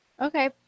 Okay